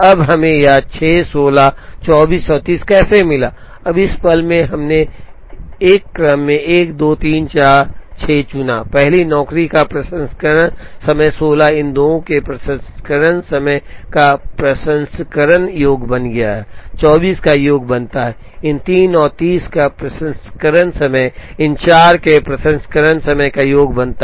अब हमें यह ६ १६ २४ और ३० कैसे मिला अब इस पल में हमने एक क्रम १ २ ३ ४ ६ चुना पहली नौकरी का प्रसंस्करण समय १६ इन दो के प्रसंस्करण समय का प्रसंस्करण योग बन गया २४ का योग बनता है इन तीन और 30 का प्रसंस्करण समय इन चार के प्रसंस्करण समय का योग बनता है